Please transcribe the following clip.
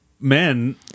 men